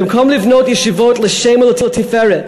במקום לבנות ישיבות לשם ולתפארת,